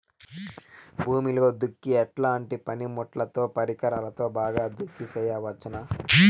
భూమిలో దుక్కి ఎట్లాంటి పనిముట్లుతో, పరికరాలతో బాగా దుక్కి చేయవచ్చున?